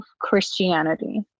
christianity